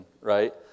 right